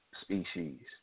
species